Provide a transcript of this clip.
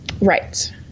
Right